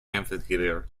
amphitheatre